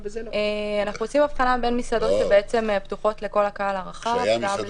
אנחנו עושים הבחנה בין המסעדות שפתוחות לכל הקהל הרחב,